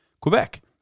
Quebec